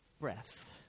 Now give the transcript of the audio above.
breath